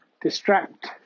Distract